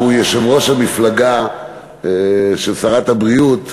שהוא יושב-ראש המפלגה של שרת הבריאות,